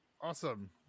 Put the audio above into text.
Awesome